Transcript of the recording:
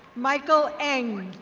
michael ang.